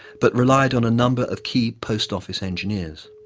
but relied on a number of key post office engineers.